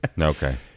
Okay